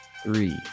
Three